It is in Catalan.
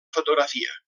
fotografia